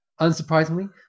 Unsurprisingly